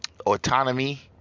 autonomy